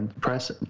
Press